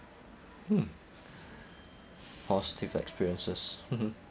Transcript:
mm positive experiences